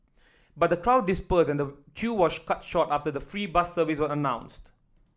but the crowd dispersed and the queue was cut short after the free bus service was announced